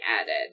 added